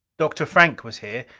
dr. frank was here.